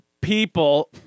people